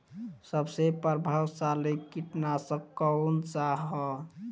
सबसे प्रभावशाली कीटनाशक कउन सा ह?